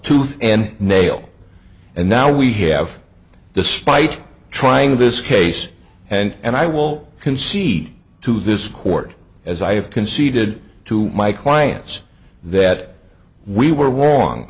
tooth and nail and now we have despite trying this case and i will concede to this court as i have conceded to my clients that we were w